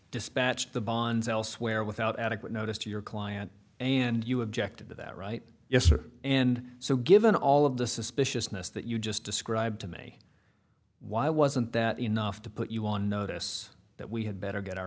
dispatched the bonds elsewhere without adequate notice to your client and you objected to that right yes sir and so given all of the suspiciousness that you just described to me why wasn't that enough to put you on notice that we had better get our